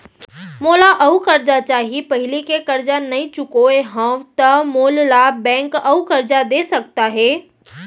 मोला अऊ करजा चाही पहिली के करजा नई चुकोय हव त मोल ला बैंक अऊ करजा दे सकता हे?